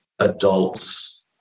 adults